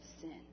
sin